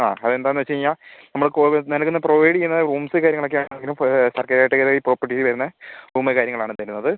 ആ അത് എന്താണെന്ന് വെച്ച് കഴിഞ്ഞാൽ നമ്മൾ കോ നൽകുന്ന പ്രൊവൈഡ് ചെയ്യുന്ന റൂംസും കാര്യങ്ങളൊക്കെ ആണെങ്കിലും പല കാറ്റഗറിയിലും പ്രോപ്പർട്ടിയിലും വരുന്ന റൂം കാര്യങ്ങളാണ് തരുന്നത്